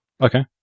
Okay